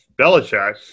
Belichick